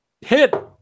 hit